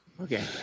okay